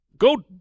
Go